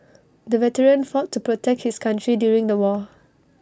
the veteran fought to protect his country during the war